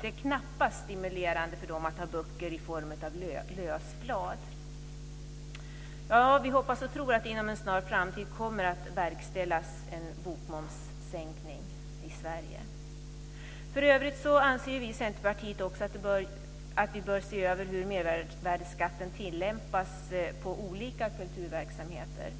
Det är knappast stimulerande för dem att ha böcker i form av lösblad. Vi hoppas och tror att det inom en snar framtid kommer att verkställas en bokmomssänkning i Sverige. För övrigt anser vi i Centerpartiet att vi också bör se över hur mervärdesskatten tillämpas på olika kulturverksamheter.